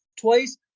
twice